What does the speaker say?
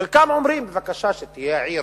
חלקם אומרים: בבקשה, שתהיה עיר,